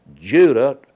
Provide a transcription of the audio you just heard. Judah